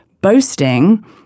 boasting